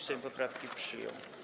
Sejm poprawki przyjął.